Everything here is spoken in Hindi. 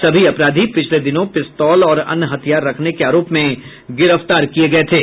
सभी अपराधी पिछले दिनों पिस्तौल और अन्य हथियार रखने के आरोप में गिरफ्तार किये गये थे